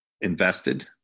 invested